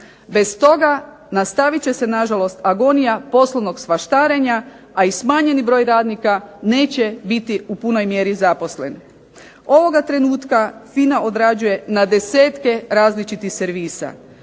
Bez toga nastavit će se nažalost agonija poslovnog svaštarenja, a i smanjeni broj radnika neće biti u punoj mjeri zaposlen. Ovog trenutka FINA odrađuje na desetke različitih servisa,